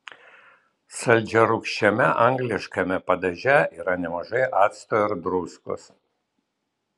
saldžiarūgščiame angliškame padaže yra nemažai acto ir druskos